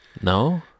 No